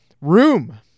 room